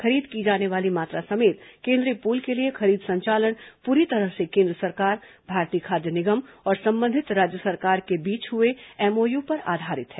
खरीद की जाने वाली मात्रा समेत केंद्रीय पूल के लिए खरीद संचालन पूरी तरह से केन्द्र सरकार भारतीय खाद्य निगम और संबंधित राज्य सरकार के बीच हुए एमओयू पर आधारित है